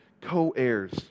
co-heirs